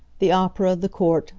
the opera, the court,